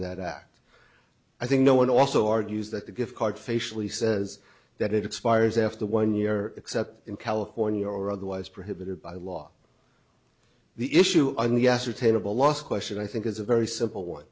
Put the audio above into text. act i think no one also argues that the gift card facially says that it expires after one year except in california or otherwise prohibited by law the issue on the ascertainable last question i think is a very simple one